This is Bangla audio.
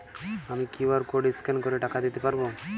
আমি কিউ.আর কোড স্ক্যান করে টাকা দিতে পারবো?